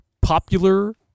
popular